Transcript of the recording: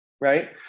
right